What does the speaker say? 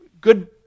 good